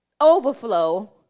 overflow